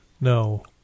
No